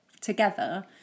together